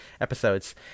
episodes